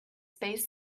space